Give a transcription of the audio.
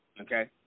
okay